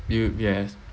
you would guess